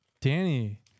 danny